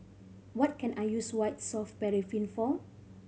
what can I use White Soft Paraffin for